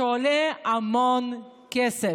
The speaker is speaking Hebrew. שעולה המון כסף.